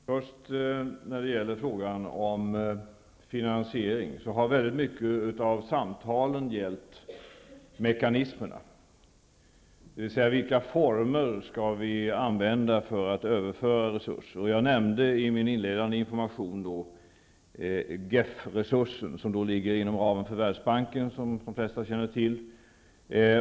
Fru talman! Först har vi frågan om finansiering. Samtalen har här till stor del gällt mekanismerna, dvs. vilka former som skall användas för att överföra resurser. Jag nämnde i mitt inledningsanförande GEF resurser, som ligger inom ramen för Världsbanken, vilket också de flesta känner till.